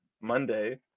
Monday